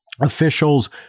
officials